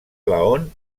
laon